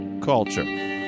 culture